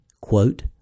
quote